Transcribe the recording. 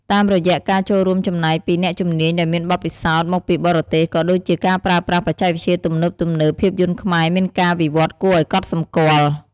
តាមរយៈការចូលរួមចំណែកពី អ្នកជំនាញដែលមានបទពិសោធន៍ មកពីបរទេស ក៏ដូចជាការប្រើប្រាស់ បច្ចេកវិទ្យាទំនើបៗ ភាពយន្តខ្មែរមានការវិវត្តន៍គួរឱ្យកត់សម្គាល់។